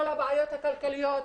הבעיות הכלכליות,